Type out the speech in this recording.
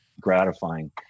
gratifying